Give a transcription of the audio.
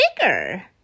bigger